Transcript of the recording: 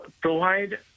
provide